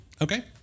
okay